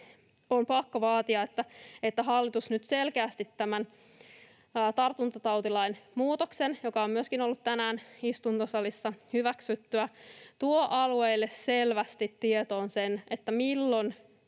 on pakko vaatia, että hallitus hyväksyttyään tämän tartuntatautilain muutoksen, joka myöskin on ollut tänään istuntosalissa, tuo alueille nyt selkeästi tietoon sen, milloin